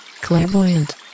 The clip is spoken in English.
Clairvoyant